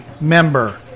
member